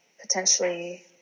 potentially